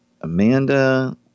Amanda